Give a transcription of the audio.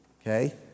Okay